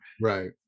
Right